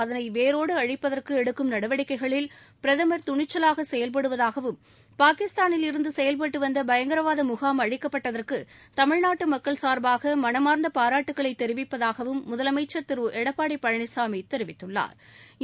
அதனை அவேரோடு அழிப்பதற்கு எடுக்கும் நடவடிக்கைகளில் பிரதமர் துணிச்சலாக செயல்படுவதாகவும் பாகிஸ்தானில் இருந்து செயல்பட்டு வந்த பயங்கரவாத முகாம் அழிக்க்டட்டதற்கு தமிழ்நாட்டு மக்கள் சார்பாக மனமா்ந்த பாராட்டுகளை தெரிவிப்பதாகவும் முதலமைச்சா் திரு எடப்பாடி பழனிசாமி தெரிவித்துள்ளாா்